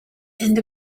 end